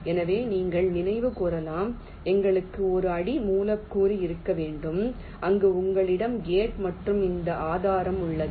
எனவே நீங்கள் நினைவு கூரலாம் எங்களுக்கு ஒரு அடி மூலக்கூறு இருக்க வேண்டும் அங்கு உங்களிடம் கேட் மற்றும் இந்த ஆதாரம் உள்ளது